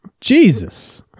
Jesus